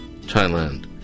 Thailand